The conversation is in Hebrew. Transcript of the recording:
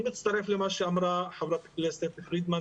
אני מצטרף למה שאמרה חברת הכנסת פרידמן.